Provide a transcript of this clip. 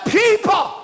people